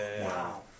Wow